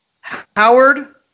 Howard